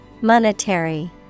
Monetary